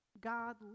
God